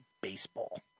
baseball